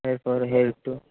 a four L two